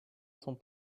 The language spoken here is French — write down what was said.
sont